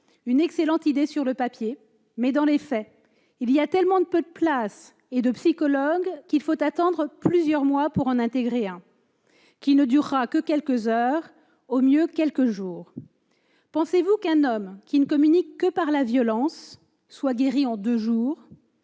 une excellente idée sur le papier, mais, dans les faits, il y a tellement peu de places et de psychologues qu'il faut attendre plusieurs mois pour y participer, et ces stages ne durent que quelques heures, quelques jours au mieux. Pensez-vous qu'un homme qui ne communique que par la violence soit guéri en deux jours